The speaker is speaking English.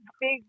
Big